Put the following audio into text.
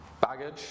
baggage